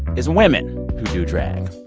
is women who do drag,